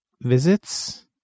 visits